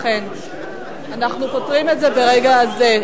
לכן, אנחנו פותרים את זה ברגע זה.